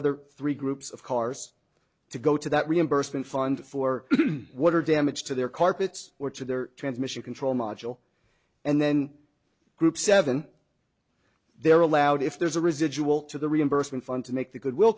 other three groups of course to go to that reimbursement fund for water damage to their carpets or to their transmission control module and then group seven they're allowed if there's a residual to the reimbursement fund to make the goodwill